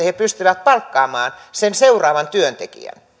he pystyvät palkkaamaan sen seuraavan työntekijän